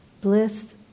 bliss